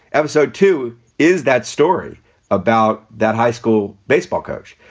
episode two is that story about that high school baseball coach.